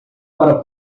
para